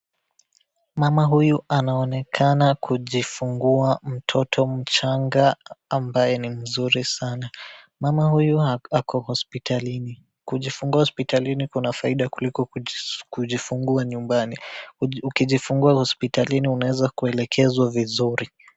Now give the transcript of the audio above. Mama huyu anaonekana kujifungua mtoto mchanga ambaye ni mzuri sana. Mama huyu ako hospitalini. Kujifungua hospitalini kuna faida kuliko kujifungua nyumbani. Ukijifungua hospitalini unaweza kuelekezwa vizuri.